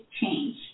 change